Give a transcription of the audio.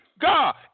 God